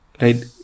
Right